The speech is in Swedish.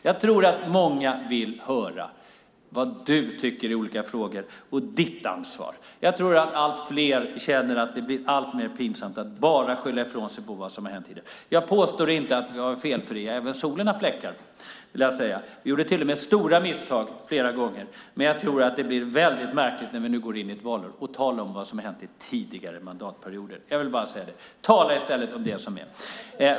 Jag tror att många vill höra vad du tycker i olika frågor och vad som är ditt ansvar. Jag tror att allt fler känner att det blir alltmer pinsamt att bara skylla ifrån sig på vad som har hänt tidigare. Jag påstår inte att jag är felfri. Även solen har sina fläckar. Jag gjorde till och med stora misstag flera gånger, men jag tror att det blir märkligt när vi nu går in i en valrörelse att tala om vad som har hänt under tidigare mandatperioder. Tala i stället om det som är.